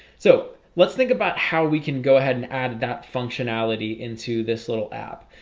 so let's think about how we can go ahead and add that functionality into this little app,